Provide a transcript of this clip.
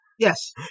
Yes